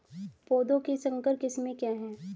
पौधों की संकर किस्में क्या हैं?